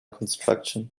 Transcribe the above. construction